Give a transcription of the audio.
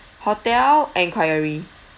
hotel enquiry